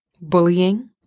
bullying